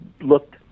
looked